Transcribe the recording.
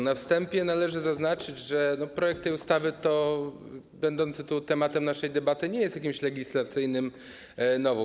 Na wstępie należy zaznaczyć, że projekt tej ustawy będący tematem naszej debaty nie jest jakimś legislacyjnym novum.